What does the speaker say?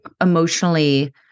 emotionally